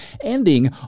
ending